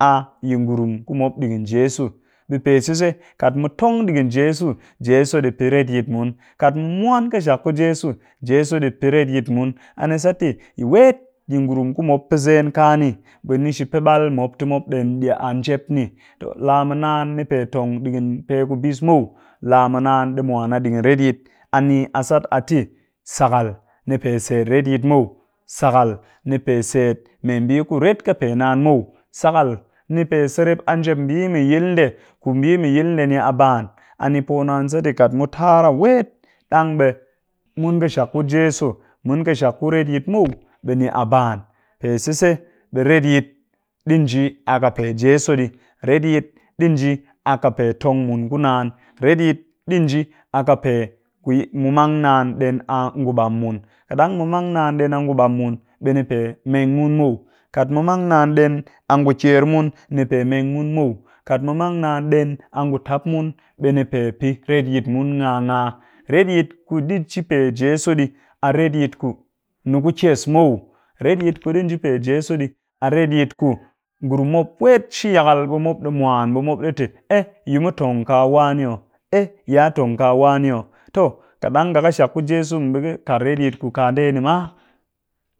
A yi ngurum ku mop ɗigin jeso, ɓe pe sise ka mu tong ɗigin jeso, jeso ɗi pɨ retyit mun kat mu mwan ƙɨshak ku jeso jeso ɗi pɨ retyit mun a ni sat tɨ wet yi ngurum ku mop pɨ zen ka ni ɓe ni shi pɨ ɓal mop tɨ mop ɗen ɗi a njep ni, laa mɨ naan ni pe tong ɗigin pe ku bis muw, la mɨ naan ɗi mwan a ɗigin retyit, a ni a sat tɨ sakal ni pe set retyit muw. Sakal ni pe set mee mbii kuret ƙɨkyen naan muw, sakal ni pe sirep a njep mbii mɨ yil ndee ku mbii mɨ yil ndee a ban, a ni poo naan tɨ kat mu tara ɗang ɓe mun ƙɨshak ku jeso mun ƙɨshak ku retyit muw ɓe ni a ban. Pe sise, ɓe retyi ɗi nji a ƙɨ pe jeso ɗii. Retyit ɗi nji a ƙɨ pe tong mun ku naan, retyit ɗi nji a pe ku mu mang naan mu ɗen a ngu ɓam mun, kat ɗang mu mang naan mu ɗen a ngu ɓam mun ɓe ni pe meng mun muw, kat mu mang naan ɗen a ngu kyer mun ɓe ɗi meng mum muw, kat mu mang naan ɗen a ngu tap mun ɓe ɗi pɨ retyit mun ngaa ngaa. Retyit ku ɗi nji pe jeso ɗii a retyit ku ni ku kyes muw, retyit ku ɗi nji pe jeso ɗii a retyit ku ngurum mop wet shi yakal ɓe mop ɗi mwan ɓe mop ɗi tɨ eh mu tongka wa ne oh! Eh ya tong ka wani oh! Toh kat dang nga ƙɨshak ku jeso ni ɓi ƙɨ kat retyit kuka ndeen ma?